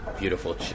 beautiful